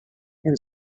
and